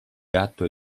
gatto